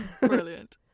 Brilliant